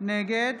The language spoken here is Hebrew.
נגד